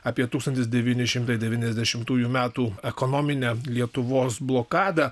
apie tūkstantis devyni šimtai devyniasdešimtųjų metų ekonominę lietuvos blokadą